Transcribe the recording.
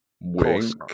Wink